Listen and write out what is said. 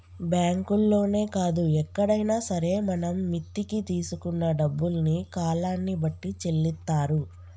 బ్యాంకుల్లోనే కాదు ఎక్కడైనా సరే మనం మిత్తికి తీసుకున్న డబ్బుల్ని కాలాన్ని బట్టి చెల్లిత్తారు